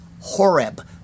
horeb